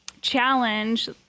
challenge